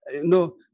No